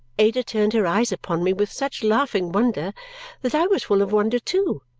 ada turned her eyes upon me with such laughing wonder that i was full of wonder too,